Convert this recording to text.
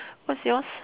what's yours